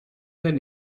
then